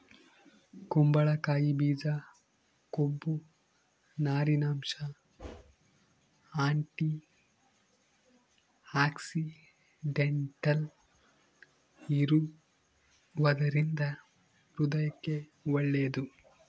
ಕುಂಬಳಕಾಯಿ ಬೀಜ ಕೊಬ್ಬು, ನಾರಿನಂಶ, ಆಂಟಿಆಕ್ಸಿಡೆಂಟಲ್ ಇರುವದರಿಂದ ಹೃದಯಕ್ಕೆ ಒಳ್ಳೇದು